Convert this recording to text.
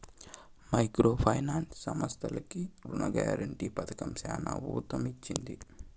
micro finance సంస్థలకు రుణ guarantee పథకం చానా ఊతమిచ్చింది